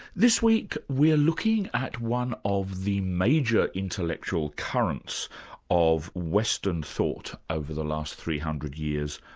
this week, we're looking at one of the major intellectual currents of western thought over the last three hundred years,